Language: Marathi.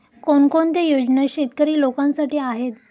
कोणकोणत्या योजना शेतकरी लोकांसाठी आहेत?